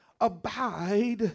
abide